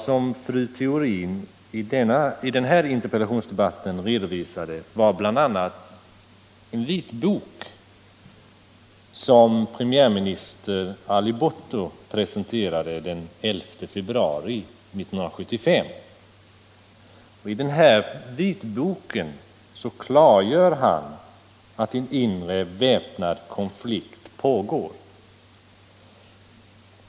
Det material som fru Theorin redovisade var bl.a. en vitbok som premiärminister Ali Bhutto presenterat den 11 februari 1975. I den klargör han att en inre väpnåd konflikt pågår.